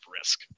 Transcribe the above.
risk